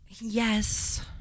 Yes